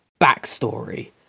backstory